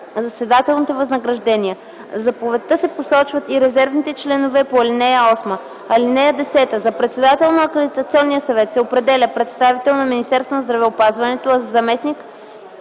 заседателните възнаграждения. В заповедта се посочват и резервните членове по ал. 8. (10) За председател на Акредитационния съвет се определя представител на Министерството на здравеопазването, а за